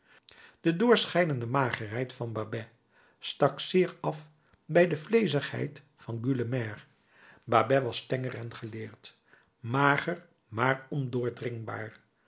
de doorschijnende magerheid van babet stak zeer af bij de vleezigheid van gueulemer babet was tenger en geleerd mager maar ondoordringbaar